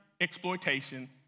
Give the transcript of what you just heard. exploitation